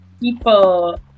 people